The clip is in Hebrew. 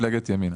מפלגת ימינה.